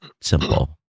simple